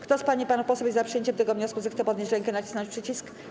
Kto z pań i panów posłów jest za przyjęciem tego wniosku, zechce podnieść rękę i nacisnąć przycisk.